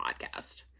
podcast